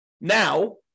now